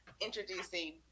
introducing